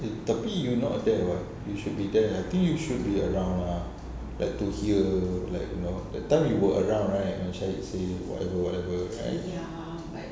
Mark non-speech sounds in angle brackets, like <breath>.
eh tapi you not there [what] you should be there I think you should be around ah <breath> like to hear like you know that time you were around right mencari sales whatever whatever right